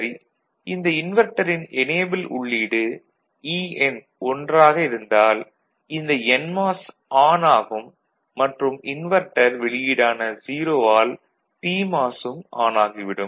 சரி இந்த இன்வெர்ட்டரின் எனேபிள் உள்ளீடு EN 1 ஆக இருந்தால் இந்த என்மாஸ் ஆன் ஆகும் மற்றும் இன்வெர்ட்டர் வெளியீடான 0 ஆல் பிமாஸ் ம் ஆன் ஆகி விடும்